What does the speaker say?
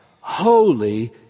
holy